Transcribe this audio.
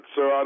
Sir